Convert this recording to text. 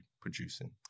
producing